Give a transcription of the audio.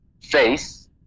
face